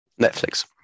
Netflix